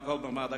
בקול דממה דקה.